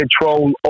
control